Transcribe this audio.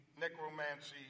necromancy